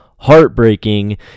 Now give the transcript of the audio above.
heartbreaking